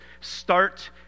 Start